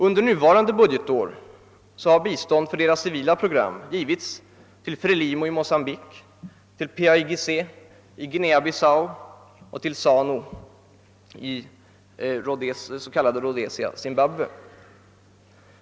Under innevarande budgetår har bistånd för sådana civila program givits till FRELIMO i Mocambique, PAIGC i det s.k. Portugisiska Guinea och Zanu i Rhodesia.